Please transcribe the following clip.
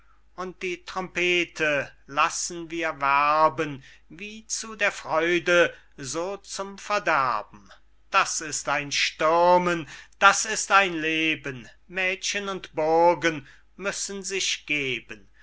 und die trompete lassen wir werben wie zu der freude so zum verderben das ist ein stürmen das ist ein leben mädchen und burgen müssen sich geben